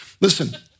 Listen